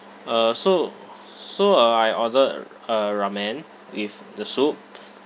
uh so so uh I ordered a ramen with the soup